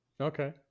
Okay